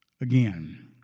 again